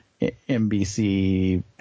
NBC